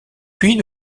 puis